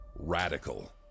Radical